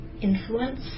influence